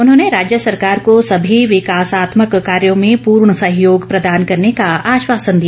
उन्होंने राज्य सरकार को सभी विकासात्मक कार्यो में हरसंभव सहयोग प्रदान करने का आश्वासन दिया